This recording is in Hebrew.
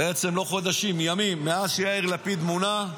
בעצם לא חודשים, ימים, שיאיר לפיד מונה,